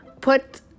Put